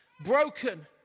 broken